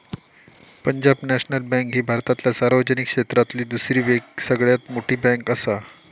Punjab national bank ही भारतातल्या सार्वजनिक क्षेत्रातली दुसरी सगळ्यात मोठी बँकआसा